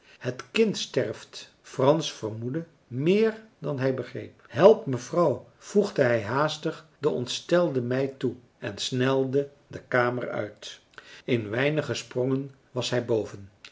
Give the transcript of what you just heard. het kind sterft frans vermoedde meer dan hij begreep marcellus emants een drietal novellen help mevrouw voegde hij haastig de ontstelde meid toe en snelde de kamer uit in weinige sprongen was hij boven